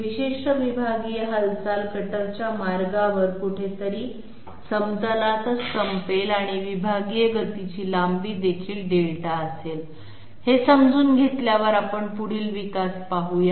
ही विशिष्ट विभागीय हालचाल कटरच्या मार्गावर कुठेतरी समतलातच संपेल आणि या विभागीय गतीची लांबी देखील δ असेल हे समजून घेतल्यावर आपण पुढील विकास पाहू या